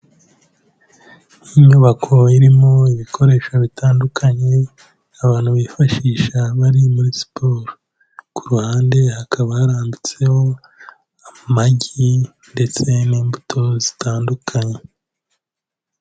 Inyubako irimo ibikoresho bitandukanye, abantu bifashisha bari muri siporo, ku ruhande hakaba harambitseho amagi ndetse n'imbuto zitandukanye.